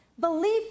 Belief